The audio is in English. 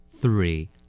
Three